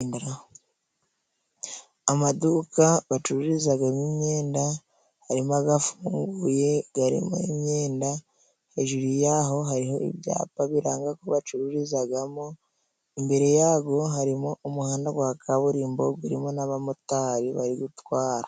Amaduka bacururizagamo imyenda harimo agafunguye garimo imyenda, hejuruyaho hariho ibyapa biranga ko bacururizagamo imbere yago harimo umuhanda wa kaburimbo urimo n'abamotari bari gutwara.